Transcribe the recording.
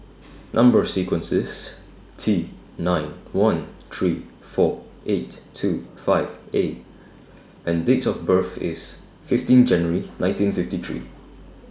Number sequence IS T nine one three four eight two five A and Date of birth IS fifteen January nineteen fifty three